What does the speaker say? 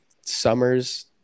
summers